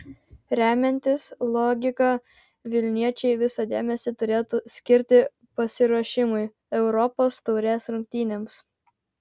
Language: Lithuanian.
remiantis logika vilniečiai visą dėmesį turėtų skirti pasiruošimui europos taurės rungtynėms